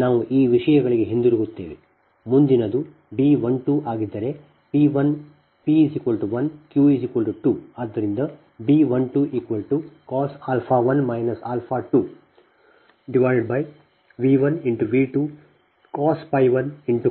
ನಾವು ಈ ವಿಷಯಗಳಿಗೆ ಹಿಂತಿರುಗುತ್ತೇವೆ ಮುಂದಿನದು B 12 ಆಗಿದ್ದರೆ p 1 q 2